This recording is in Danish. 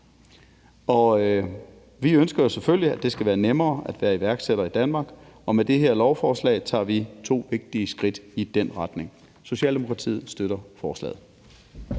Vi ønsker selvfølgelig, at det skal være nemmere at være iværksætter i Danmark, og med det her lovforslag tager vi to vigtige skridt i den retning. Socialdemokratiet støtter forslaget.